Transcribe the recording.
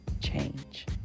change